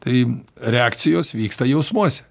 tai reakcijos vyksta jausmuose